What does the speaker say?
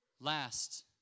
Last